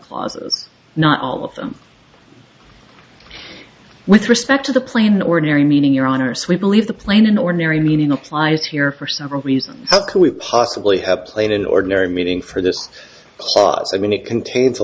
plazas not all of them with respect to the plain ordinary meaning your honour's we believe the plane in ordinary meaning applies here for several reasons how can we possibly have played an ordinary meaning for this clause i mean it contains a